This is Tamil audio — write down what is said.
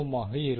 ஆக இருக்கும்